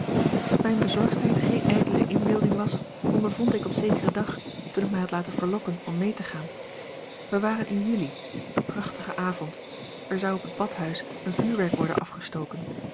dat mijne bezorgdheid geene ijdele inbeelding was ondervond ik op zekeren dag toen ik mij had laten verlokken om mee te gaan wij waren in juli een prachtige avond er zou op het badhuis een vuurwerk worden afgestoken